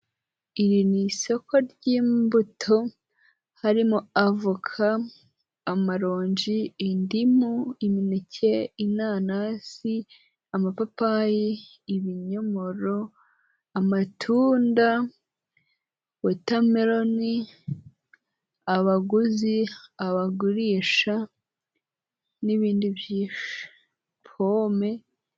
Iri ni isoko ry'imbuto harimo avoka, amaronji, indimu, imineke, inanasi, amapapayi, ibinyomoro, amatunda, wota meloni, abaguzi, abagurisha n'ibindi byinshi pome,,,